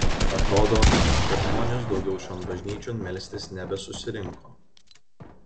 atrodo kad žmonės daugiau šion bažnyčion melstis nebesusirinko